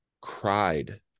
cried